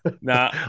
Nah